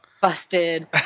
busted